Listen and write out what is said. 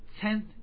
tenth